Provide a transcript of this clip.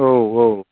औ औ